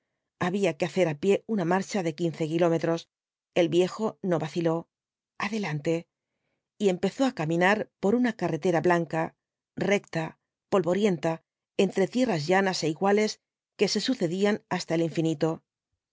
había que hacer á pie una marcha de quince kilómetros el viejo no vaciló adelante y empezó á caminar por una carretera blanca recta polvorienta entre tierras llanas é iguales que se sucedían hasta el infinito